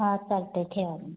हां चालते आहे ठेवा मग